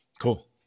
Cool